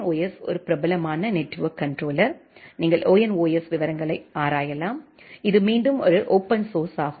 ONOS ஒரு பிரபலமான network controller நீங்கள் ONOS விவரங்களை ஆராயலாம் இது மீண்டும் ஓர் ஓபன் சோர்ஸ் ஆகும்